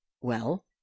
Well